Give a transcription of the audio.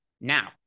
Now